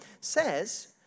says